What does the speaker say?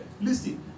Listen